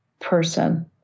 person